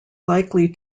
likely